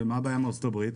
ומה הבעיה עם ארצות הברית?